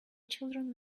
children